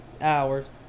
hours